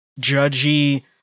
judgy